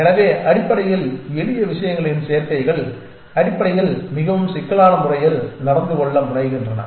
எனவே அடிப்படையில் எளிய விஷயங்களின் சேர்க்கைகள் அடிப்படையில் மிகவும் சிக்கலான முறையில் நடந்து கொள்ள முனைகின்றன